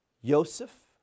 Yosef